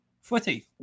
Footy